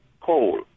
coal